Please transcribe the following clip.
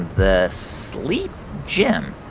the sleep gym.